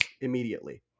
immediately